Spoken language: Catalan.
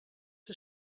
que